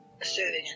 serving